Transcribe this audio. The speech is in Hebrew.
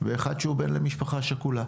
ואחד שהוא בן למשפחה שכולה